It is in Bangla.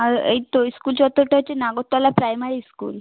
আর এইত্তো স্কুল চত্বরটা হচ্ছে নাগরতলা প্রাইমারি স্কুল